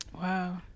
Wow